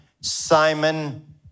Simon